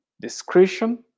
discretion